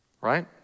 right